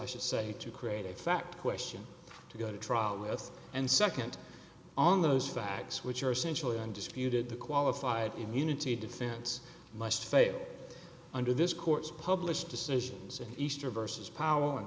i should say to create a fact question to go to trial with and nd on those facts which are essentially undisputed the qualified immunity defense must fail under this court's published decisions and easter versus powell and